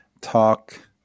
talk